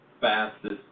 fastest